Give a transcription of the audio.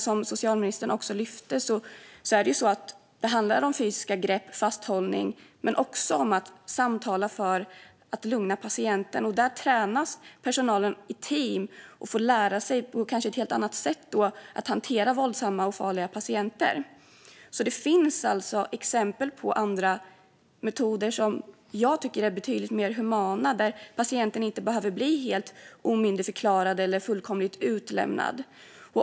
Som socialministern lyfte handlar det om fysiska grepp och fasthållning, men det handlar också om att samtala för att lugna patienten. Där tränas personalen i team, och de får kanske lära sig ett helt annat sätt att hantera våldsamma och farliga patienter. Det finns alltså exempel på andra metoder som jag tycker är betydligt mer humana, där patienten inte behöver bli helt omyndigförklarad eller fullkomligt utlämnad.